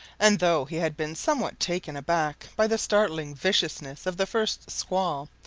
and though he had been somewhat taken aback by the startling viciousness of the first squall,